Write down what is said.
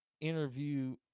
interview